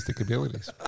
abilities